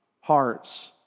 hearts